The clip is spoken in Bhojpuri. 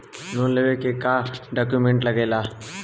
लोन लेवे के का डॉक्यूमेंट लागेला?